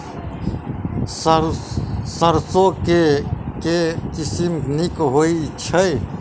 सैरसो केँ के किसिम नीक होइ छै?